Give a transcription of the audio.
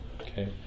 Okay